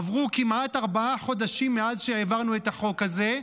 עברו כמעט ארבעה חודשים מאז שהעברנו את החוק הזה,